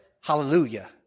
Hallelujah